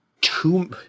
two